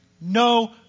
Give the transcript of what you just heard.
no